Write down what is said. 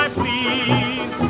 please